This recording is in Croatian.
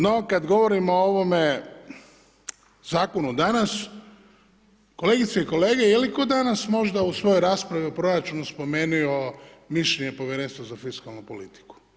No, kada govorimo o ovome zakonu danas, kolegice i kolege, je li tko danas možda u svojoj raspravi o proračunu spomenuo mišljenje Povjerenstva za fiskalnu politiku?